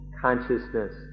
consciousness